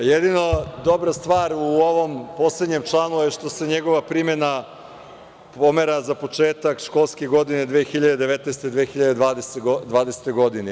Jedina dobra stvar u ovom poslednjem članu je što se njegova primena pomera za početak školske godine 2019/2020. godine.